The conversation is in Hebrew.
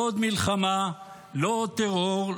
לא עוד מלחמה --- לא עוד טרור,